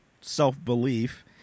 self-belief